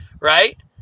right